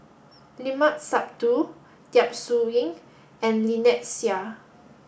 Limat Sabtu Yap Su Yin and Lynnette Seah